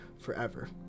forever